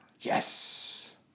yes